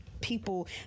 people